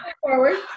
forward